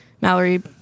Mallory